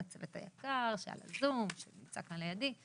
לצוות היקר שעל הזום שנמצא כאן ליידי,